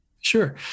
Sure